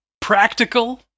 Practical